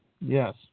Yes